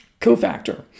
cofactor